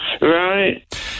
Right